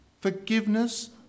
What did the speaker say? Forgiveness